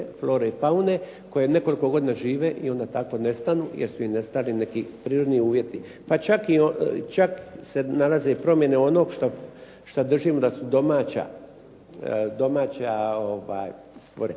flore i faune koje nekoliko godina žive i onda tako nestanu jer su im nestali neki prirodni uvjeti. Pa čak se nalaze promjene onog što držimo da su domaća stvorenja